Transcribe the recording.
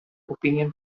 opinion